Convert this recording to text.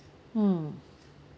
mm